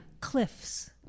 cliffs